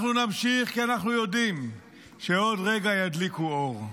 אנחנו נמשיך כי אנחנו יודעים שעוד רגע ידליקו אור.